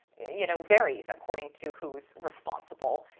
you know, varies according to who's responsible.